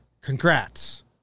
Congrats